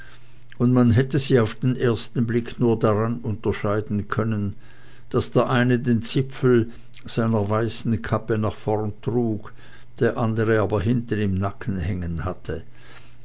und man hätte sie auf den ersten blick nur daran unterscheiden können daß der eine den zipfel seiner weißen kappe nach vorn trug der andere aber hinten im nacken hängen hatte